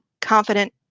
confident